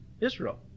Israel